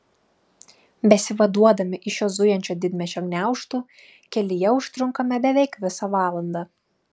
besivaduodami iš šio zujančio didmiesčio gniaužtų kelyje užtrunkame beveik visą valandą